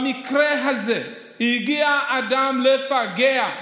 במקרה הזה הגיע אדם לפגע.